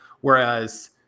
Whereas